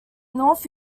north